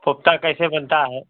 कोफ़्ता कैसे बनता है